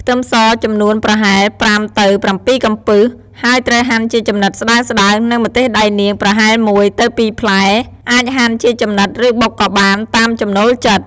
ខ្ទឹមស ចំនួនប្រហែល ៥ទៅ៧ កំពឹស ហើយត្រូវហាន់ជាចំណិតស្តើងៗ និងម្ទេសដៃនាង ប្រហែល១ ទៅ ២ផ្លែ អាចហាន់ជាចំណិត ឬបុកក៏បាន តាមចំណូលចិត្ត។